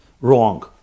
wrong